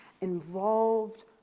involved